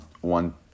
one